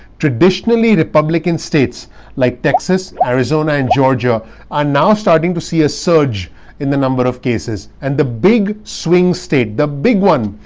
traditionally, republican states like texas, arizona and georgia are now starting to see a surge in the number of cases. and the big swing state, the big one,